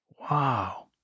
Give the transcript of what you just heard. Wow